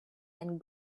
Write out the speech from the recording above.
and